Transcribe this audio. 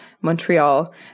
Montreal